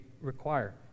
require